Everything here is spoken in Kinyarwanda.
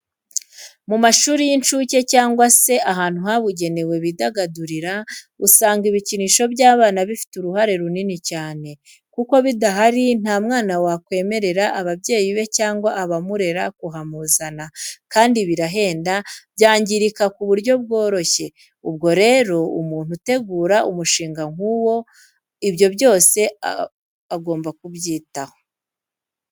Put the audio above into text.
Mu mashuri y'incuke cyangwa se ahantu habugenewe bidagadurira, usanga ibikinisho by'abana bifite uruhare runini cyane, kuko bidahari nta mwana wakwemerera ababyeyi be cyangwa abamurera kuhamuzana, kandi birahenda, byangirika ku buryo bworoshye, ubwo rero, umuntu utegura umushinga nk'uyu, ibyo byose agomba kubyitaho.